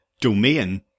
domain